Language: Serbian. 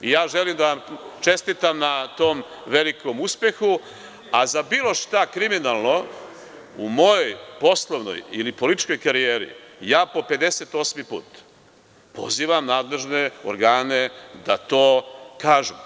I ja želim da vam čestitam na tom velikom uspehu, a za bilo šta kriminalno u mojoj poslovnoj ili političkoj karijeri, ja po 58 put, pozivam nadležne organe da to kažu.